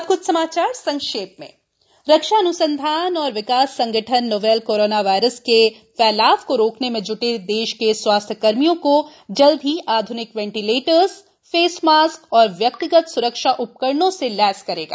अब कुछ समाचार संक्षेप में रक्षा अन्संधान और विकास संगठन नोवेल कोरोना वायरस के फैलाव को रोकने में ज्टे देश के स्वास्थ्यकर्मियों को जल्द ही आध्निक वेंटीलेटर फेस मास्क और व्यक्तिगत स्रक्षा उपकरणों से लेस करेगा